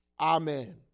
amen